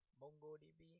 mongodb